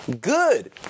good